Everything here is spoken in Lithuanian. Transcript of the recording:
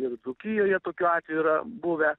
ir dzūkijoje tokių atvejų yra buvę